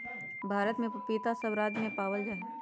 भारत में पपीता सब राज्य में पावल जा हई